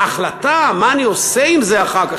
ההחלטה מה אני עושה עם זה אחר כך,